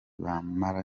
bambara